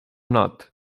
not